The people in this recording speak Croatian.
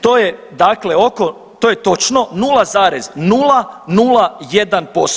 To je dakle oko, to je točno 0,001%